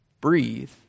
breathe